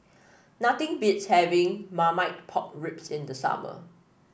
nothing beats having Marmite Pork Ribs in the summer